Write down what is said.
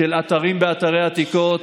של אתרים באתרי עתיקות,